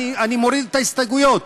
אני מוריד את ההסתייגויות.